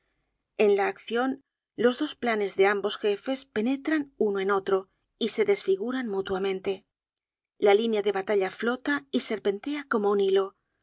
en la accion los dos planes de ambos jefes penetran uno en otro y se desfiguran mutuamente la línea de batalla flota y serpentea como un hilo